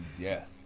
death